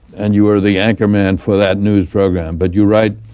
and you were the anchorman for that news program, but you write,